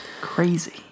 Crazy